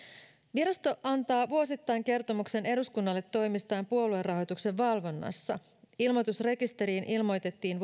virasto antaa vuosittain kertomuksen eduskunnalle toimistaan puoluerahoituksen valvonnassa ilmoitusrekisteriin ilmoitettiin